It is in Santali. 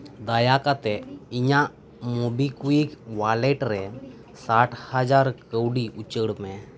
ᱫᱟᱭᱟᱠᱟᱛᱮᱜ ᱤᱧᱟᱜ ᱢᱚᱵᱤᱠᱩᱭᱤᱠ ᱳᱣᱟᱞᱮᱴ ᱨᱮ ᱥᱟᱴᱦᱟᱡᱟᱨ ᱠᱟᱹᱣᱰᱤ ᱩᱪᱟᱹᱲ ᱢᱮ